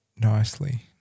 nicely